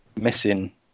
missing